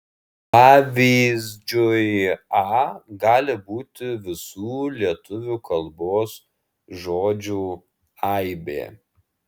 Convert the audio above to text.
pavyzdžiui a gali būti visų lietuvių kalbos žodžių aibė